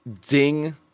ding